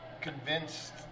convinced